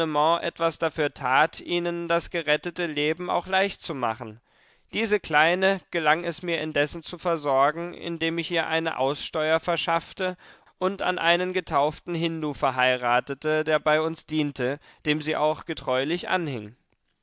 etwas dafür tat ihnen das gerettete leben auch leichtzumachen diese kleine gelang es mir indessen zu versorgen indem ich ihr eine aussteuer verschaffte und an einen getauften hindu verheiratete der bei uns diente dem sie auch getreulich anhing